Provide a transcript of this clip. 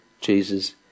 Jesus